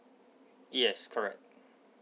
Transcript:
yes correct